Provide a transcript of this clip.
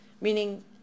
Meaning